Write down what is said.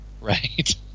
Right